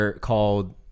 called